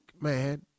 man